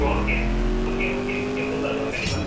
okay okay okay okay சூப்பர்ப்பாக கண்டிப்பாக